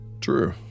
True